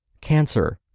cancer